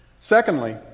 Secondly